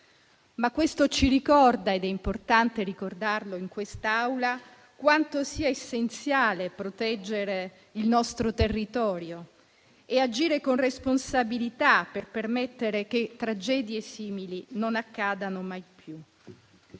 Questo ci ricorda - ed è importante farlo in quest'Aula - quanto sia essenziale proteggere il nostro territorio e agire con responsabilità per permettere che tragedie simili non accadano mai più.